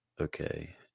Okay